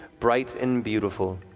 bright and beautiful.